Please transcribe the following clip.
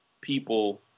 people